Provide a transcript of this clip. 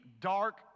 dark